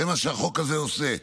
זה מה שהחוק הזה עושה.